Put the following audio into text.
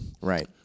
Right